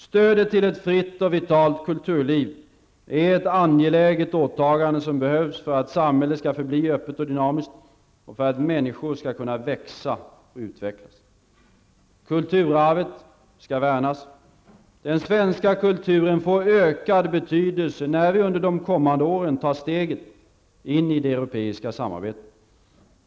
Stödet till ett fritt och vitalt kulturliv är ett angeläget åtagande som behövs för att samhället skall förbli öppet och dynamiskt och för att människor skall kunna växa och utvecklas. Kulturarvet skall värnas. Den svenska kulturen får ökad betydelse när vi under de kommande åren tar steget in i det europeiska samarbetet.